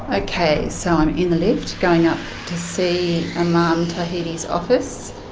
ah ok, so i'm in the lift, going up to see imam tawhidi's office.